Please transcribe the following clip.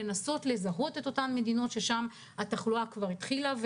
לנסות לזהות את אותן מדינות שבהן התחלואה כבר התחילה,